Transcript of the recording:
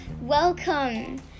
Welcome